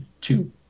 two